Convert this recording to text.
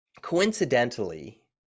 coincidentally